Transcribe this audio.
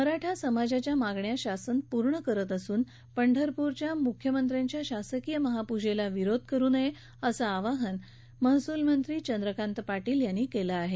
मराठा समाजाच्या मागण्या शासन पूर्ण करत असून पंढरपूर मधल्या मुख्यमंत्र्यांच्या शासकीय महापूजेला विरोध करू नये असं आवाहन महसूल मंत्री चंद्रकांत पाटील यांनी केलं आहे